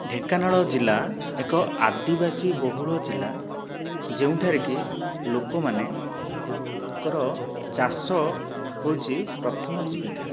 ଢେଙ୍କାନାଳ ଜିଲ୍ଲା ଏକ ଆଦିବାସୀ ବହୁଳ ଜିଲ୍ଲା ଯେଉଁଠାରେକି ଲୋକମାନଙ୍କର ଚାଷ ହେଉଛି ପ୍ରଥମ ଜୀବିକା